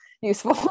useful